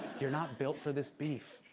you're not built for this beef.